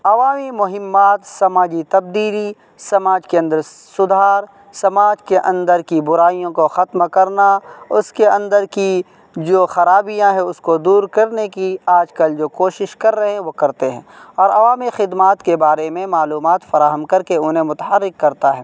عوامی مہمات سماجی تبدیلی سماج کے اندر سدھار سماج کے اندر کی برائیوں کو ختم کرنا اس کے اندر کی جو خرابیاں ہیں اس کو دور کرنے کی آج کل جو کوشش کر رہے ہیں وہ کرتے ہیں اور عوامی خدمات کے بارے میں معلومات فراہم کر کے انہیں متحرک کرتا ہے